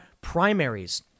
primaries